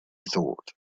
thought